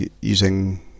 using